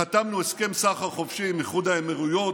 חתמנו על הסכם סחר חופשי עם איחוד האמירויות,